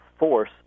force